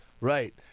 right